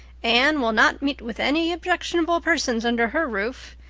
anne will not meet with any objectionable persons under her roof.